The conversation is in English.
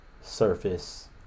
surface